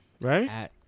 right